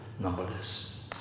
numberless